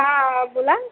हां बोला